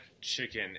chicken